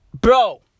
Bro